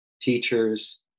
teachers